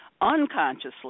unconsciously